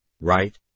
Right